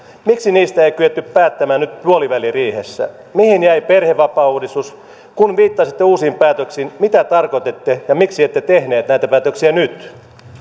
miksi niistä ei kyetty päättämään nyt puoliväliriihessä mihin jäi perhevapaauudistus kun viittasitte uusiin päätöksiin mitä tarkoititte ja miksi ette tehneet näitä päätöksiä nyt